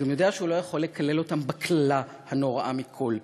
והוא גם יודע שהוא לא יכול לקלל אותם בקללה הנוראה מכול,